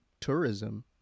tourism